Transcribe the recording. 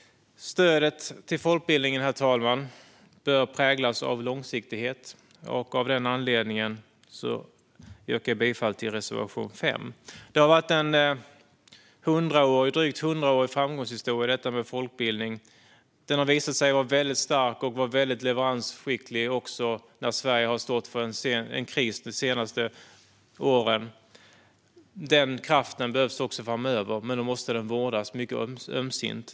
Stödet till folkbildningen, herr talman, bör präglas av långsiktighet. Av den anledningen yrkar jag bifall till reservation 5. Folkbildningen har varit en drygt hundraårig framgångshistoria. Den har visat sig vara väldigt stark och leveransskicklig, också när Sverige de senaste åren har stått inför en kris. Den kraften behövs även framöver, men den måste vårdas mycket ömt.